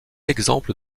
exemple